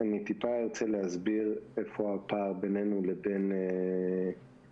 אני טיפה ארצה להסביר איפה הפער בינינו לבין הר"י